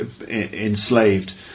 enslaved